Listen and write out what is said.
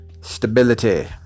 stability